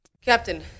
Captain